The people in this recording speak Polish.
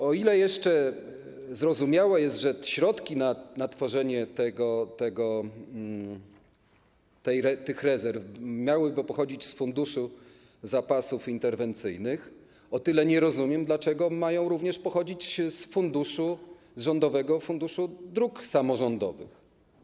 O ile jeszcze zrozumiałe jest, że środki na tworzenie tych rezerw miałyby pochodzić z Funduszu Zapasów Interwencyjnych, o tyle nie rozumiem, dlaczego mają również pochodzić z rządowego funduszu dróg samorządowych.